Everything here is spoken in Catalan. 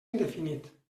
indefinit